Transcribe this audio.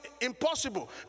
impossible